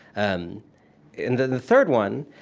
and and then the third one,